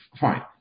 fine